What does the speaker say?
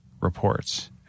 reports